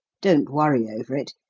don't worry over it.